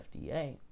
FDA